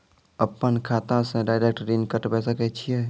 अपन खाता से डायरेक्ट ऋण कटबे सके छियै?